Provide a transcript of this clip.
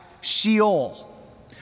Sheol